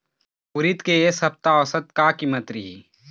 उरीद के ए सप्ता औसत का कीमत रिही?